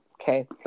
okay